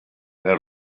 out